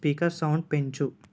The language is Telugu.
స్పీకర్ సౌండ్ పెంచు